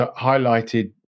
highlighted